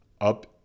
up